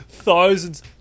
thousands